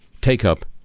take-up